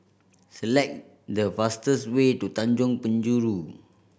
select the fastest way to Tanjong Penjuru